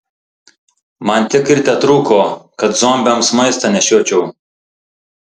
man tik ir tetrūko kad zombiams maistą nešiočiau